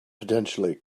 potentially